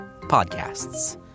podcasts